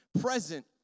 present